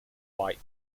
white